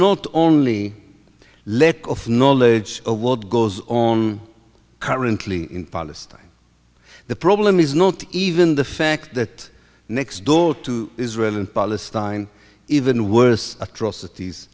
not only let go of the knowledge a world goes on currently in palestine the problem is not even the fact that next door to israel and palestine even worse atrocities